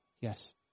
Yes